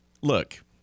look